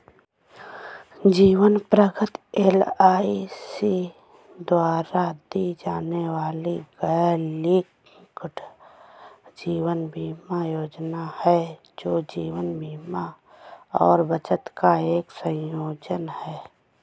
जीवन प्रगति एल.आई.सी द्वारा दी जाने वाली गैरलिंक्ड जीवन बीमा योजना है, जो जीवन बीमा और बचत का एक संयोजन है